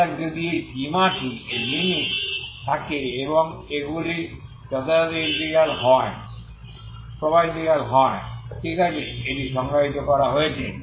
সুতরাং যদি এই সীমাটি থাকে এবং এগুলি যথাযথ ইন্টিগ্রাল হয় ঠিক আছে এটি সংজ্ঞায়িত করা হয়েছে